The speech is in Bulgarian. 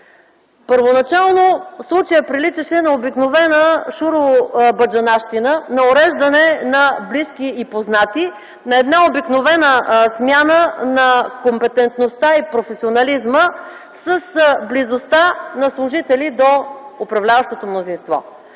Първоначално случаят приличаше на обикновена шуробаджанащина, на уреждане на близки и познати, на обикновена смяна на компетентността и професионализма с близостта на служители до управляващото мнозинство.